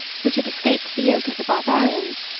which had escaped the yoke of the barbarians,